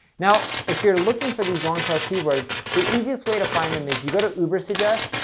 now, if you're looking for these long-tail keywords, the easiest way to find them is you go to ubersuggest,